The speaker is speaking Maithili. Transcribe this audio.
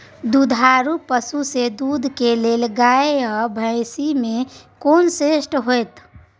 दुधारू पसु में दूध के लेल गाय आ भैंस में कोन श्रेष्ठ होयत?